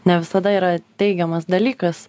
ne visada yra teigiamas dalykas